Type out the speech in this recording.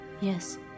Yes